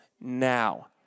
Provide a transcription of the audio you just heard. now